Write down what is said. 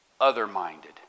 other-minded